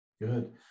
Good